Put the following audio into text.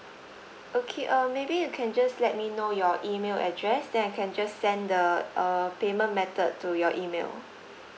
okay um maybe you can just let me know your email address then I can just send the uh payment method to your email